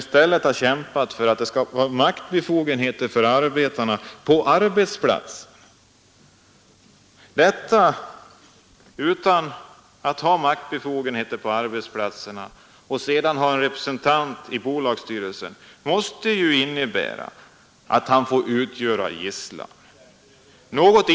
Under en lång tid har representation för arbetarna i bolagsstyrelser diskuterats. I debatten har SAF framställts som motståndare till denna. Det är verkligen en sanning med modifikation.